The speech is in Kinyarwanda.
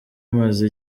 imaze